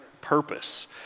purpose